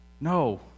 No